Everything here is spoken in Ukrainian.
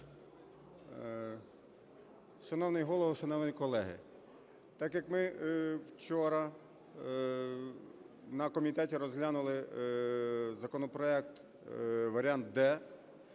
Шановний Голово, шановні колеги! Так як ми вчора на комітеті розглянули законопроект, варіант "д",